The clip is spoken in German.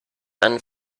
einen